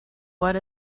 what